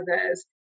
others